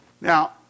Now